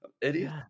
idiot